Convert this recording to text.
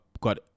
got